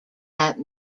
that